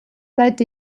hat